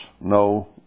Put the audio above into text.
no